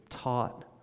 taught